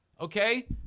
Okay